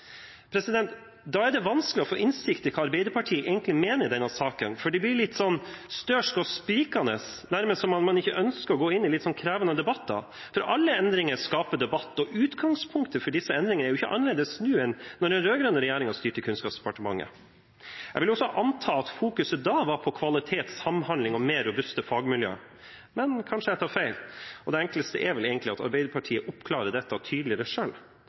sårbare.» Da er det vanskelig å få innsikt i hva Arbeiderpartiet egentlig mener i denne saken, for de blir litt «størske» og sprikende, nærmest som om man ikke ønsker å gå inn i litt krevende debatter. Alle endringer skaper debatt, og utgangspunktet for disse endringene er jo ikke annerledes nå enn da den rød-grønne regjeringen styrte Kunnskapsdepartementet. Jeg vil anta at også da var fokuset på kvalitet, samhandling og mer robuste fagmiljø, men kanskje jeg tar feil. Det enkleste er vel egentlig at Arbeiderpartiet oppklarer dette tydeligere